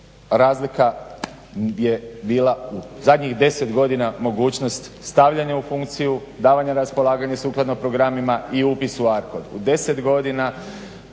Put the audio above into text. razlika je bila u zadnjih deset godina mogućnost stavljanja u funkciju, davanje na raspolaganje sukladno programima i upis u ARKOD.